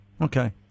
Okay